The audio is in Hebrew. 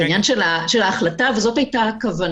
זה עניין של החלטה, וזו הייתה הכוונה.